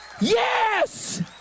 yes